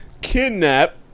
Kidnap